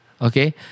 Okay